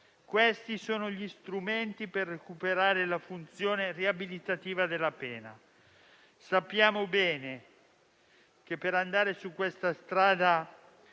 Questi sono gli strumenti per recuperare la funzione riabilitativa della pena. Sappiamo bene che, per andare su questa strada,